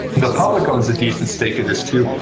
the public owns a decent stake of this, too.